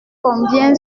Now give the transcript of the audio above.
combien